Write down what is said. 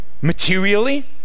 materially